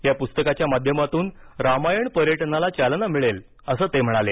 या पुस्तकाच्या माध्यमातून रामायण पर्यटनाला चालना मिळेल असं ते म्हणाले